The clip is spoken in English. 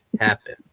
happen